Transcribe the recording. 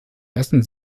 ersten